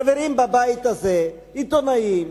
חברים בבית הזה, עיתונאים,